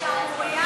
זו שערורייה.